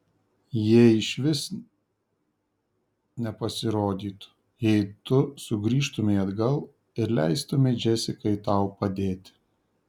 jie išvis nepasirodytų jei tu sugrįžtumei atgal ir leistumei džesikai tau padėti